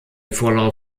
verlor